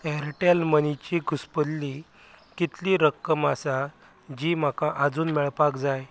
Airtel मनिची घुसपल्ली कितली रक्कम आसा जी म्हाका आजून मेळपाक जाय